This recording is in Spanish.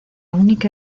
única